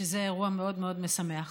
שזה אירוע מאוד מאוד משמח.